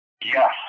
Yes